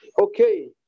Okay